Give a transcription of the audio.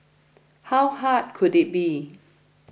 how hard could it be